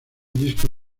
disco